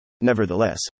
Nevertheless